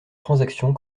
transactions